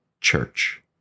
church